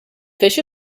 fish